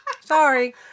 sorry